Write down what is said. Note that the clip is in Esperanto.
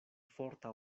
forta